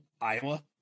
Iowa